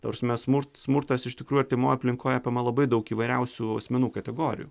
ta prasme smur smurtas iš tikrų artimoj aplinkoj apima labai daug įvairiausių asmenų kategorijų